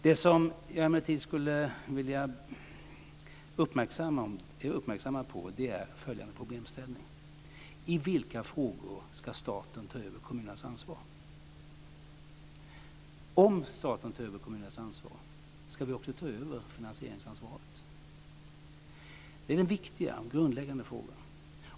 Det som jag emellertid skulle vilja uppmärksamma på är följande problemställning. I vilka frågor ska staten ta över kommunernas ansvar? Om staten tar över kommunernas ansvar, ska vi då också ta över finansieringsansvaret? Det är den viktiga och grundläggande frågan.